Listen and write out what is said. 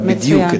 אבל בדיוק,